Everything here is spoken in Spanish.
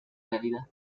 realidad